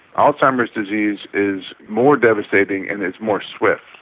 alzheimer's disease is more devastating and it's more swift.